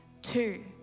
Two